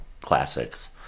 classics